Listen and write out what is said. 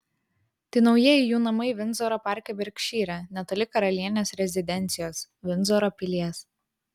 tai naujieji jų namai vindzoro parke berkšyre netoli karalienės rezidencijos vindzoro pilies